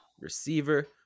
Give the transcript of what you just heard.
receiver